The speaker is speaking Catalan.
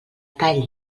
tall